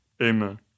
amen